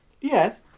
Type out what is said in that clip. yes